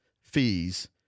fees